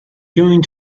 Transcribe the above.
going